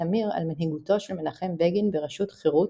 תמיר על מנהיגותו של מנחם בגין בראשות חרות,